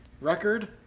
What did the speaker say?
record